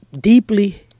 deeply